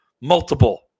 multiple